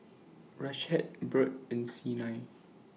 Rashaad Burt and Siena